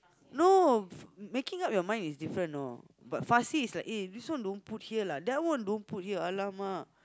no making up your mind is different know but fussy is like eh this one don't put here lah that one don't put here !alamak!